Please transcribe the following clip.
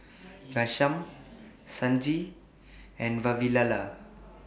Ghanshyam Sanjeev and Vavilala